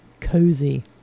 cozy